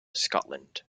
scotland